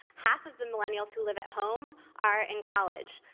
half of the millennials who live at home are in college.